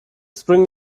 spring